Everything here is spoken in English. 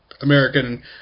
American